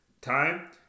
time